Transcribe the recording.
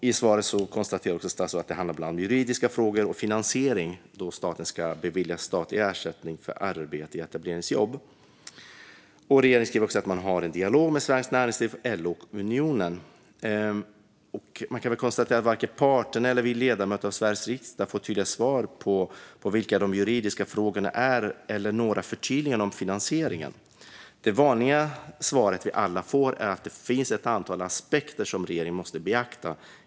I svaret konstaterar statsrådet också att det handlar om bland annat juridiska frågor och finansiering då staten ska bevilja ersättning för arbete i etableringsjobb. Regeringen skriver också att man har en dialog med Svenskt Näringsliv, LO och Unionen. Man kan konstatera att varken parterna eller vi ledamöter av Sveriges riksdag får tydliga svar på vilka de juridiska frågorna är eller får några förtydliganden om finansieringen. Det vanliga svaret vi alla får är att det finns ett antal aspekter som regeringen måste beakta.